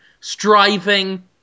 Striving